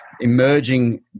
emerging